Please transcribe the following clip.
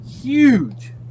huge